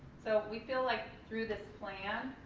so we feel like, through this plan,